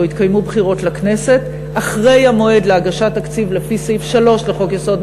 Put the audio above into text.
או התקיימו בחירות לכנסת אחרי המועד להגשת תקציב לפי סעיף 3 לחוק-יסוד: